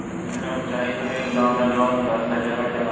अगर हम चाहि त एक दा मे लोन भरा सकले की ना?